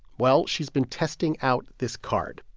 well. she's been testing out this card.